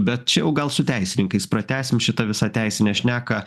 bet čia jau gal su teisininkais pratęsim šitą visą teisinę šneką